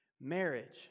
Marriage